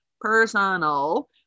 Personal